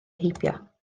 heibio